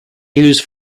used